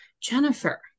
Jennifer